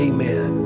Amen